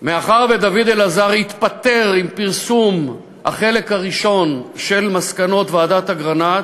מאחר שדוד אלעזר התפטר עם פרסום החלק הראשון של מסקנות ועדת אגרנט,